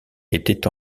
étaient